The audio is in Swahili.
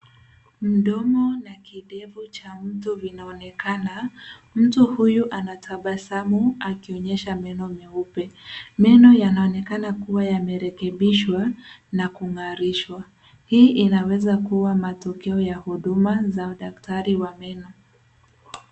Mdomo na kidevu cha mtu vinaonekana. Mtu huyu anatabasamu akionyesha meno meupe. Meno yanaonekana kuwa yamerekebishwa na kung'arishwa. Hii inaweza kuwa matokeo ya huduma za daktari wa meno.